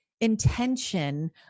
intention